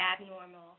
abnormal